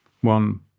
one